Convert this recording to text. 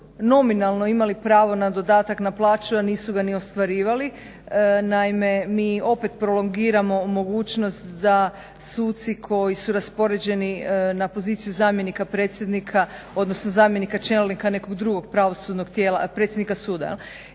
nominalno imali pravo na dodatak na plaću a nisu ga ni ostvarivali. Naime mi opet prolongiramo mogućnost da suci koji su raspoređeni na poziciju zamjenika predsjednika odnosno zamjenika čelnika nekoga dugog pravosudnog tijela predsjednika suda